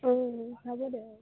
হ'ব দে আৰু